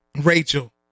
Rachel